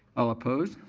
all opposed?